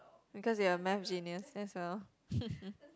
because you're a math genius that's all